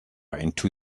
into